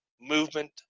movement